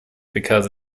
because